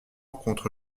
contre